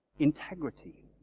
integrity,